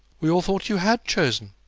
we all thought you had chosen,